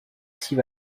six